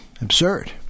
absurd